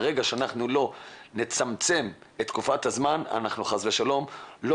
ברגע שלא נצמצם את תקופת הזמן אנחנו חס ושלום לא